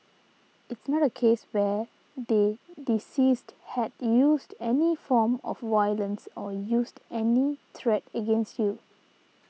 it's not a case where the deceased had used any form of violence or used any threat against you